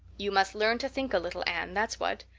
you must learn to think a little, anne, that's what.